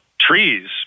trees